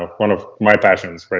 one of my passions, but